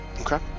Okay